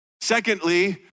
Secondly